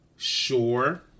Sure